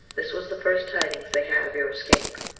this was the first tidings they had of your escape.